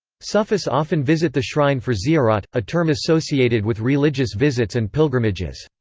sufis often visit the shrine for ziyarat, a term associated with religious visits and pilgrimages.